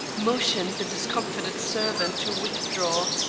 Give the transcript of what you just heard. motioned the discomfited servant to withdraw,